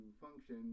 function